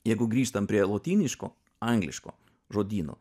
jeigu grįžtam prie lotyniško angliško žodyno